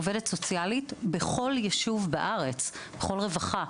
עובדת סוציאלית, בכל יישוב בארץ, בכל רווחה.